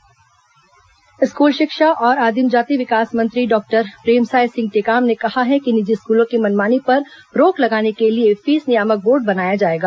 शिक्षा मंत्री पत्रकारवार्ता स्कूल शिक्षा और आदिम जाति विकास मंत्री डॉक्टर प्रेमसाय सिंह टेकाम ने कहा है कि निजी स्कूलों की मनमानी पर रोक लगाने के लिए फीस नियामक बोर्ड बनाया जाएगा